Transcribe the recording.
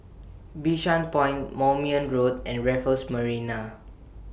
Bishan Point Moulmein Road and Raffles Marina